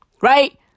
right